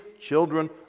children